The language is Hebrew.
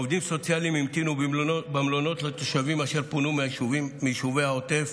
עובדים סוציאליים המתינו במלונות לתושבים אשר פונו מיישובי העוטף.